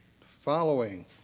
following